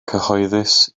cyhoeddus